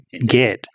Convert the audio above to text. get